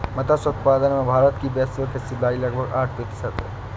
मत्स्य उत्पादन में भारत की वैश्विक हिस्सेदारी लगभग आठ प्रतिशत है